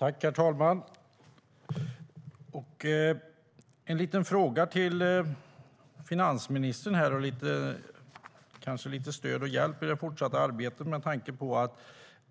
Herr talman! Jag har en liten fråga till finansministern och kanske lite stöd och hjälp i det fortsatta arbetet.